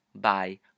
Bye